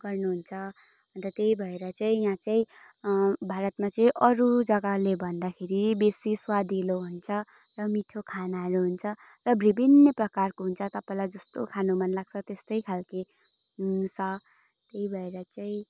गर्नुहुन्छ अन्त त्यही भएर चाहिँ यहाँ चाहिँ भारतमा चाहिँ अरू जग्गाले भन्दाखेरि बेसी स्वादिलो हुन्छ र मिठो खानाहरू हुन्छ र विभिन्न प्रकारको हुन्छ तपाईँलाई जस्तो खानु मन लाग्छ त्यस्तै खालकै हुन्स त्यही भएर चाहिँ